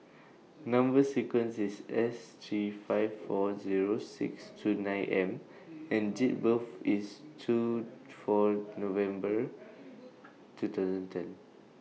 Number sequence IS S three five four Zero six two nine M and Date of birth IS two four November two thousand ten